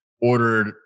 ordered